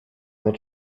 mit